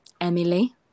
Emily